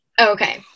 Okay